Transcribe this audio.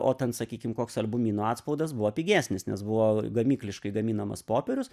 o ten sakykim koks albumino atspaudas buvo pigesnis nes buvo gamykliškai gaminamas popierius